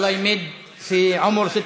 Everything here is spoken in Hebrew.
אלוהים יאריך את חיי